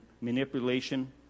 manipulation